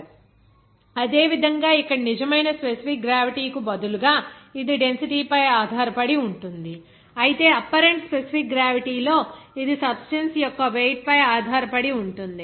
SG ap W substance W reference అదే విధంగా ఇక్కడ నిజమైన స్పెసిఫిక్ గ్రావిటీ కు బదులుగా అది డెన్సిటీ పై ఆధారపడి ఉంటుంది అయితే అప్పరెంట్ స్పెసిఫిక్ గ్రావిటీ లో ఇది సబ్స్టెన్స్ యొక్క వెయిట్ పై ఆధారపడి ఉంటుంది